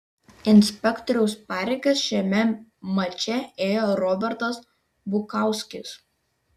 inspektoriaus pareigas šiame mače ėjo robertas bukauskis